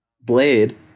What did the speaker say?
Blade